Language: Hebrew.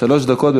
שלוש דקות.